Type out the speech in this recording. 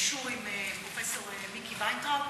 גישור עם פרופסור מיקי וינטראוב,